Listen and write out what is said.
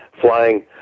flying